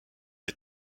est